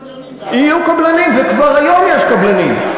יהיו קבלנים, יהיו קבלנים, וכבר היום יש קבלנים.